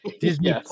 Disney